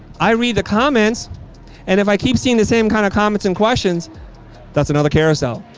i read the comments and if i keep seeing the same kind of comments and questions that's another carousel.